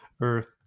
Earth